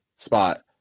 spot